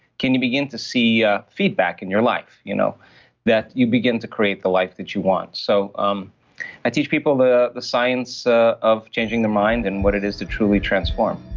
can you begin to see a feedback in your life? you know that you begin to create the life that you want. so um i teach people the the science ah of changing their mind and what it is to truly transform